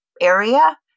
area